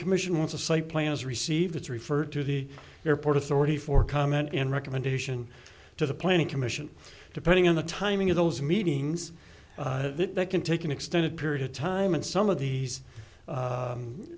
commission once a site plan is received it's referred to the airport authority for comment and recommendation to the planning commission depending on the timing of those meetings that can take an extended period of time and some of these